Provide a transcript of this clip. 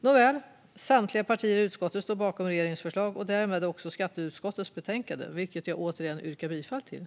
Nåväl, samtliga partier i utskottet står bakom regeringens förslag och därmed också skatteutskottets förslag, vilket jag återigen yrkar bifall till.